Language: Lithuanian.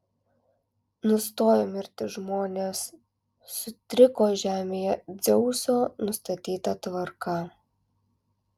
nustojo mirti žmonės sutriko žemėje dzeuso nustatyta tvarka